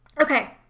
Okay